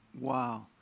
Wow